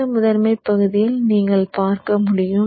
இந்த முதன்மைப் பகுதியில் நீங்கள் பார்க்க முடியும்